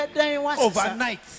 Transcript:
overnight